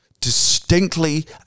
Distinctly